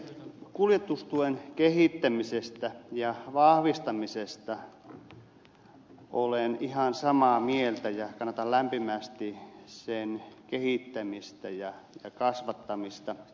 kuljetustuen kehittämisestä ja vahvistamisesta olen ihan samaa mieltä ja kannatan lämpimästi sen kehittämistä ja kasvattamista